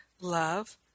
love